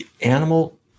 animal